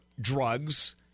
drugs